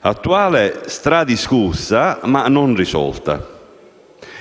attuale, stradiscussa, ma non risolta.